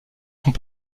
sont